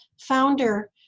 founder